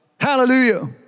Hallelujah